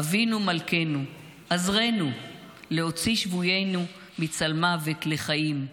אבינו מלכנו, עזרנו להוציא שבויינו מצלמוות לחיים,